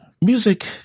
Music